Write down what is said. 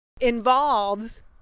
involves